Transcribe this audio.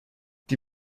die